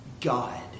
God